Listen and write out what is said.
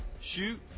shoot